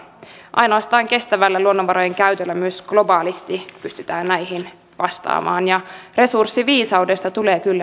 ainoastaan kestävällä luonnonvarojen käytöllä myös globaalisti pystytään näihin vastaamaan ja resurssiviisaudesta tulee kyllä